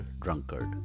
drunkard